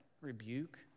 rebuke